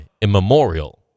immemorial